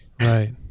Right